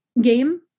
game